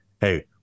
Hey